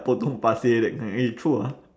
potong pasir that kind eh true ah